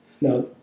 Now